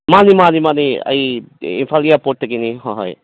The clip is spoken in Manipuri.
ꯃꯥꯅꯦ ꯃꯥꯅꯦ ꯃꯥꯅꯦ ꯑꯩ ꯏꯝꯐꯥꯜ ꯑꯦꯌꯥꯔꯄꯣꯔꯠꯇꯒꯤꯅꯤ ꯍꯣꯏ ꯍꯣꯏ